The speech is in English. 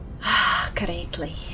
Correctly